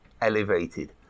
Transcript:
elevated